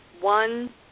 one